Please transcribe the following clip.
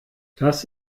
das